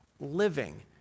living